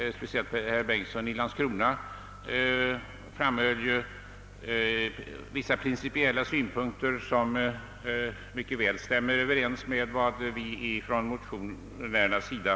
Speciellt herr Bengtsson i Landskrona framhöll vissa principiella synpunkter, som mycket väl stämmer överens med vad vi motionärer ansett.